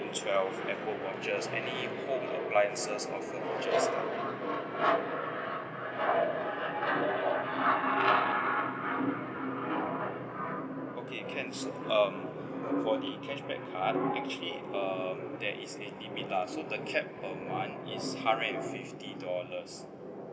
twelve apple vouchers any home appliances or furniture okay can so um for the cashback card actually uh there is a limit lah so the cap per month is hundred and fifty dollars